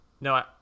no